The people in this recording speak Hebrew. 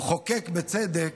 המחוקק, בצדק,